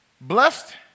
Blessed